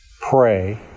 Pray